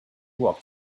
walked